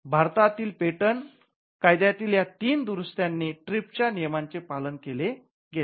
भारतातील पेटंट कायद्यातील या तीन दुरुस्त्यांनी ट्रिपच्या नियमांचे पालन केले गेले